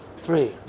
Three